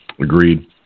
Agreed